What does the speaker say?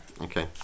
Okay